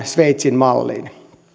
sveitsin malliin